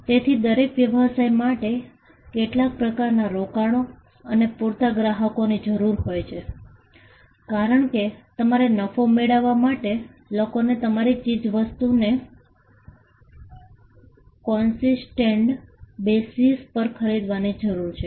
તેથી દરેક વ્યવસાય માટે કેટલાક પ્રકારનાં રોકાણો અને પૂરતા ગ્રાહકોની જરૂર હોય છે કારણ કે તમારે નફો મેળવવા માટે લોકોને તમારી ચીજવસ્તુઓને કોન્સિસટેન્ટ બેસિસ પર ખરીદવાની જરૂર છે